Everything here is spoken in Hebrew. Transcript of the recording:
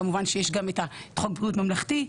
כמובן שיש גם את תחום בריאות ממלכתי,